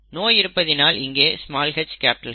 நோய் இருப்பதினால் இங்கே hH